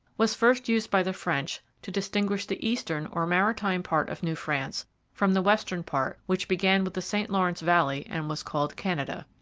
was first used by the french to distinguish the eastern or maritime part of new france from the western part, which began with the st lawrence valley and was called canada.